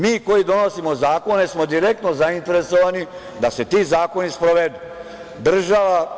Mi koji donosimo zakone smo direktno zainteresovani da se ti zakoni sprovedu.